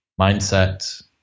mindset